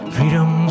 Freedom